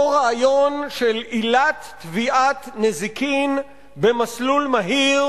רעיון של עילת תביעת נזיקין במסלול מהיר,